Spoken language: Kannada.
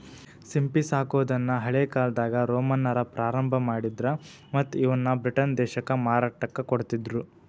ಸಿಂಪಿ ಸಾಕೋದನ್ನ ಹಳೇಕಾಲ್ದಾಗ ರೋಮನ್ನರ ಪ್ರಾರಂಭ ಮಾಡಿದ್ರ ಮತ್ತ್ ಇವನ್ನ ಬ್ರಿಟನ್ ದೇಶಕ್ಕ ಮಾರಾಟಕ್ಕ ಕೊಡ್ತಿದ್ರು